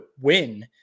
win